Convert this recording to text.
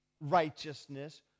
righteousness